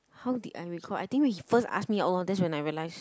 how did I recall I think we first ask me out that's when I realise